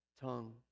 tongue